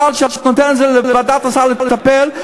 הסל שאת נותנת לוועדת הסל לטפל בו,